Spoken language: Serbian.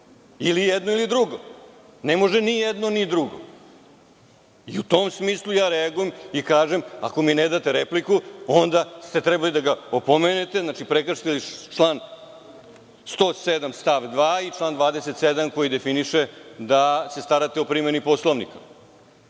Ili jedno ili drugo. Ne može ni jedno ni drugo.U tom smislu ja reagujem i kažem – ako mi ne date repliku, onda ste trebali da ga opomenete. Znači, prekršili ste član 107. član 2. i član 27. koji definiše da se starate o primeni Poslovnika.